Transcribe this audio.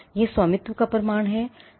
यह स्वामित्व का प्रमाण है